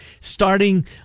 starting